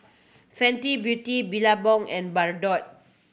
Fenty Beauty Billabong and Bardot